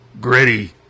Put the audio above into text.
Gritty